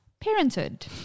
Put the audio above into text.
parenthood